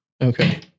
Okay